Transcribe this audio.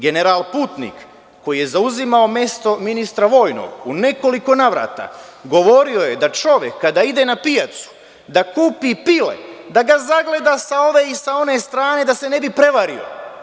General Putnik, koji je zauzimao mesto ministra vojnog u nekoliko navrata govorio je da čovek kada ide na pijacu da kupi pile, da ga zagleda sa ove i sa one strane, da se ne bi prevario.